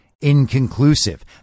inconclusive